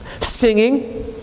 Singing